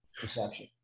deception